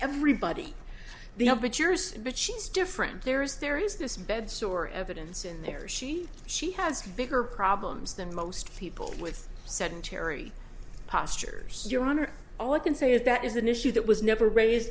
yours but she is different there is there is this bedsore evidence in there she she has bigger problems than most people with sedentary postures your honor all i can say is that is an issue that was never raised